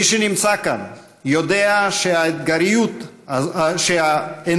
מי שנמצא כאן יודע שהאנרגיות הזורמות